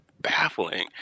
baffling